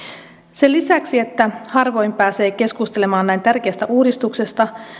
sen lisäksi että harvoin pääsee keskustelemaan näin tärkeästä uudistuksesta